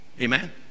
Amen